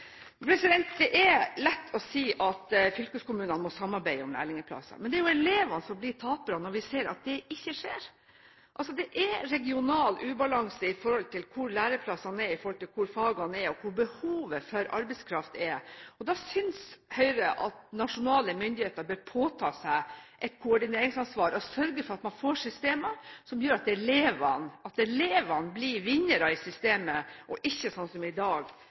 Det er lett å si at fylkeskommunene må samarbeide om lærlingplasser. Men det er jo elevene som blir tapere når vi ser at det ikke skjer. Det er regional ubalanse i hvor læreplassene er i forhold til hvor fagene er, og hvor behovene for arbeidskraft er. Da synes Høyre at nasjonale myndigheter bør påta seg et koordineringsansvar og sørge for at man får systemer som gjør at elevene blir vinnere i systemet og ikke, sånn som i dag,